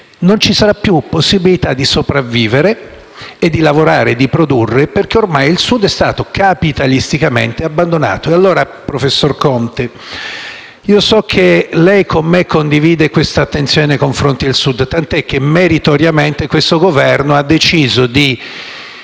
non ci sarà più possibilità di sopravvivere, lavorare e produrre, perché ormai il Sud è stato capitalisticamente abbandonato. E allora, professor Conte, so che lei con me condivide questa attenzione nei confronti del Sud, tant'è che meritoriamente questo Governo ha deciso di